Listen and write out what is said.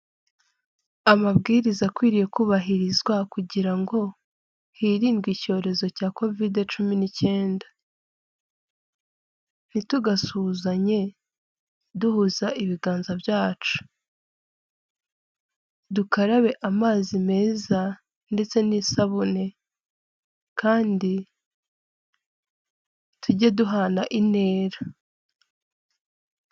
Amabwiriza akwiriye kubahirizwa kugira ngo hirindwe icyorezo cya Kovide cumi n'icyenda, ntitugasuhuzanye duhuza ibiganza byacu, dukarabe amazi meza ndetse n'isabune kandi tujye duhana intera.